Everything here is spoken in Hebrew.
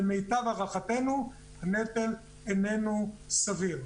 למיטב הערכתנו, הנטל איננו סביר.